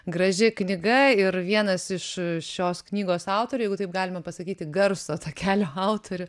graži knyga ir vienas iš šios knygos autorių jeigu taip galima pasakyti garso takelio autorių